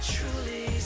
Truly